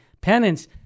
penance